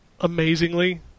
amazingly